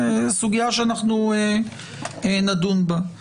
זו סוגיה שאנחנו נדון בה.